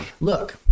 look